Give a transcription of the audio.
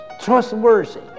trustworthy